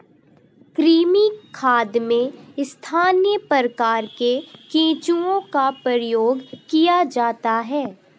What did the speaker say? कृमि खाद में स्थानीय प्रकार के केंचुओं का प्रयोग किया जाता है